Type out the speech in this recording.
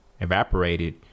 evaporated